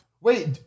Wait